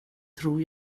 tror